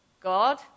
God